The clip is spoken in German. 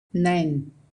nein